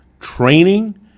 training